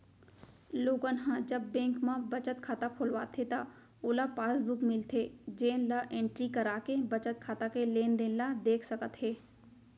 लोगन ह जब बेंक म बचत खाता खोलवाथे त ओला पासबुक मिलथे जेन ल एंटरी कराके बचत खाता के लेनदेन ल देख सकत हे